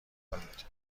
کنید